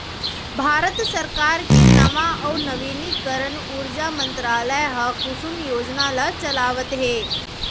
भारत सरकार के नवा अउ नवीनीकरन उरजा मंतरालय ह कुसुम योजना ल चलावत हे